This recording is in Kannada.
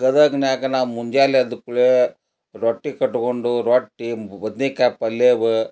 ಗದಗನ್ಯಾಗ ನಾವು ಮುಂಜಾನೆ ಎದ್ದ ಕೂಡಲೆ ರೊಟ್ಟಿ ಕಟ್ಟಿಕೊಂಡು ರೊಟ್ಟಿ ಬದ್ನೆಕಾಯಿ ಪಲ್ಯ ಅವ